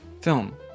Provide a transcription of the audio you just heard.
film